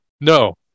no